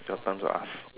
your turn to ask